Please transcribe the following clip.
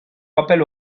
rappel